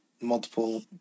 Multiple